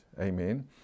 Amen